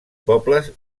pobles